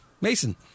Mason